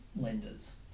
lenders